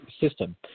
system